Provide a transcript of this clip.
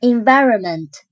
Environment